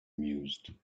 mused